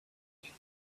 think